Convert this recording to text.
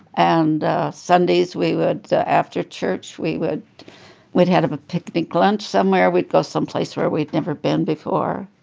and sundays, we would after church, we would would have a picnic lunch somewhere. we'd go someplace where we'd never been before.